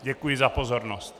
Děkuji za pozornost.